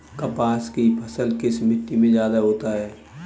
कपास की फसल किस मिट्टी में ज्यादा होता है?